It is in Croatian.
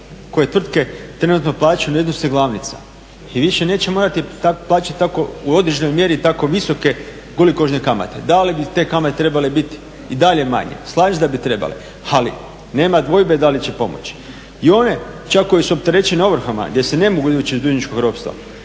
koje tvrtke trenutno plaćaju na iznose glavnica i više neće morati plaćati tako u određenoj mjeri tako visoke gulikožne kamate. Da li bi te kamate trebale biti i dalje manje? Slažem se da bi trebale, ali nema dvojbe da li će pomoći. I one čak koje su opterećene ovrhama gdje se ne mogu izvući iz dužničkog ropstva.